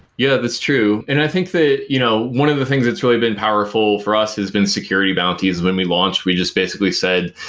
yeah that's true and i think that you know one of the things that's really been powerful for us has been security bounties. when we launched we just basically said,